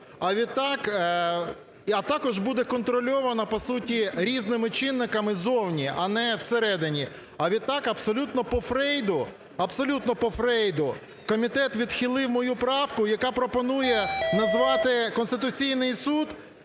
а також буде контрольована, по суті, різними чинниками ззовні, а не в середині. А відтак абсолютно по Фрейду... абсолютно по Фрейду комітет відхилив мою правку, яка пропонує назвати Конституційний Суд